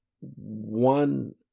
one